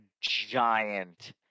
giant